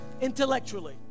intellectually